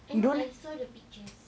I know I saw the pictures